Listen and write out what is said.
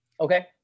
Okay